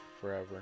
forever